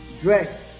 dressed